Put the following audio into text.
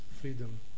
freedom